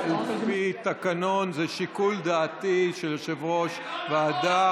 על פי התקנון זה שיקול דעתי, של יושב-ראש ישיבה.